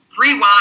rewind